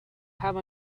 have